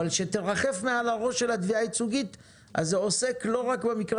אבל אם תרחף מעל הראש שלה תביעה ייצוגית אז זה עוסק לא רק במקרה